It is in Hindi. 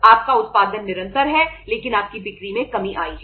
आपका उत्पादन निरंतर है लेकिन आपकी बिक्री में कमी आई है